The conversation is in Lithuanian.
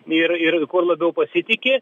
ir ir labiau pasitiki